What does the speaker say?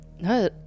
No